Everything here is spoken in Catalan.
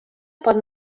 pot